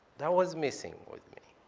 that was missing with me.